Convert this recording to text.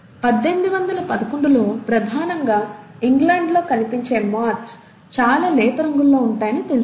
1811 లో ప్రధానంగా ఇంగ్లాండ్లో కనిపించే మాత్స్ చాలా లేత రంగులో ఉంటాయని తెలిసినది